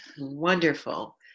Wonderful